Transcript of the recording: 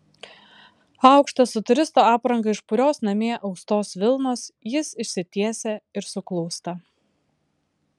aukštas su turisto apranga iš purios namie austos vilnos jis išsitiesia ir suklūsta